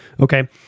Okay